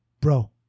bro